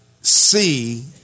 see